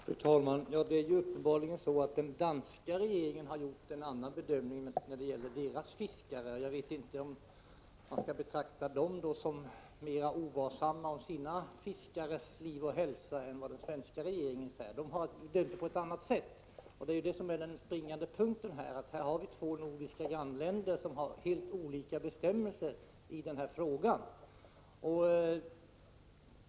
Fru talman! Det är uppenbarligen så att den danska regeringen har gjort en annan bedömning när det gäller danska fiskare. Jag vet inte om man skall betrakta den som mer ovarsam om de egna fiskarnas liv och hälsa än vad den svenska regeringen är. Den springande punkten är att vi här har två nordiska grannländer som har helt olika bestämmelser i detta avseende.